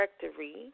directory